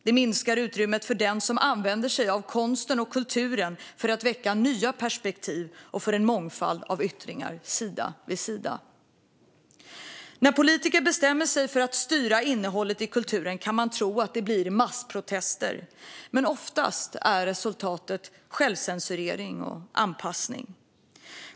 Det minskar utrymmet för den som använder sig av konsten och kulturen för att väcka nya perspektiv, och det minskar utrymmet för en mångfald av yttringar sida vid sida. När politiker bestämmer sig för att styra innehållet i kulturen kan man tro att det blir massprotester, men oftast är resultatet självcensur och anpassning.